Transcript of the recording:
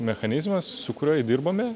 mechanizmas su kuriuo įdirbame